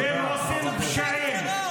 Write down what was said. והם עושים פשעים -- תומכי טרור.